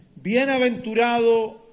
bienaventurado